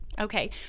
Okay